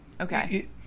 okay